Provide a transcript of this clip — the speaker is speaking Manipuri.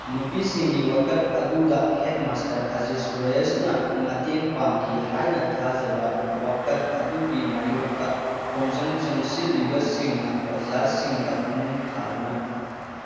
ꯅꯨꯄꯤꯁꯤꯡꯒꯤ ꯋꯥꯀꯠ ꯑꯗꯨꯗ ꯍꯦꯠ ꯃꯥꯁꯇꯔ ꯑꯖꯤꯁ ꯔꯣꯌꯦꯁꯅ ꯃꯇꯦꯡ ꯄꯥꯡꯈꯤ ꯍꯥꯏꯅ ꯊꯥꯖꯕ ꯋꯥꯀꯠ ꯑꯗꯨꯒꯤ ꯃꯥꯏꯌꯣꯛꯇ ꯈꯣꯡꯖꯪ ꯆꯪꯁꯤꯜꯂꯤꯕꯁꯤꯡꯅ ꯑꯣꯖꯥꯁꯤꯡꯗ ꯅꯨꯡ ꯊꯥꯗꯨꯅ